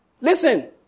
Listen